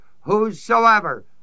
whosoever